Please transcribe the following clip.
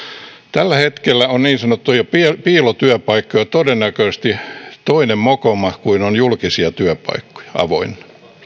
tällä hetkellä on niin sanottuja piilotyöpaikkoja todennäköisesti toinen mokoma kuin on julkisia työpaikkoja avoinna